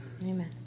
Amen